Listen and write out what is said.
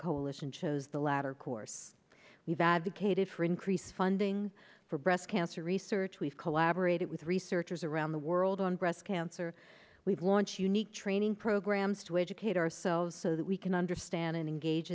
coalition chose the latter course we've advocated for increased funding for breast cancer research we've collaborated with researchers around the world on breast cancer we've launched unique training programs to educate ourselves so that we can understand and engage